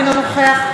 אינו נוכח,